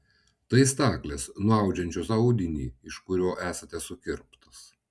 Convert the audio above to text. tai staklės nuaudžiančios audinį iš kurio esate sukirptos